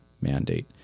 mandate